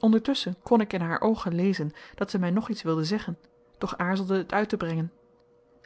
ondertusschen kon ik in haar oogen lezen dat zij mij nog iets wilde zeggen doch aarzelde het uit te brengen